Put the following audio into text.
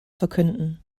verkünden